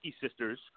sisters